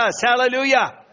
Hallelujah